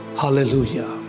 Hallelujah